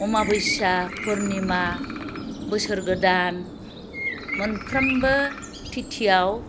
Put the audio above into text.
अमाबयसा फुर्णिमा बोसोर गोदान मोनफ्रोमबो तिथियाव